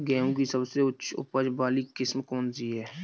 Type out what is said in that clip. गेहूँ की सबसे उच्च उपज बाली किस्म कौनसी है?